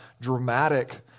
dramatic